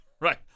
Right